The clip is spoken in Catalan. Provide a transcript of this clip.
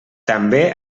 també